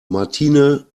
martine